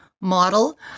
model